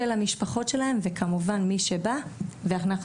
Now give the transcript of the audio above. של המשפחות של הילדים וכמובן מי שבא ואנחנו